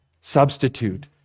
substitute